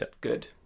good